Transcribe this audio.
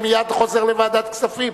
אני מייד חוזר לוועדת כספים.